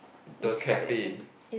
the cafe